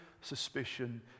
suspicion